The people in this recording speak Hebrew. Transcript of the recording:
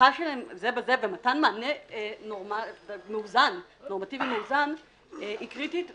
הכריכה שלהם זה בזה ומתן מענה נורמטיבי מאוזן היא קריטית,